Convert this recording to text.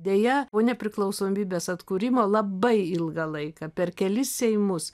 deja po nepriklausomybės atkūrimo labai ilgą laiką per kelis seimus